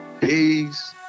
Peace